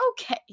okay